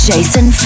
Jason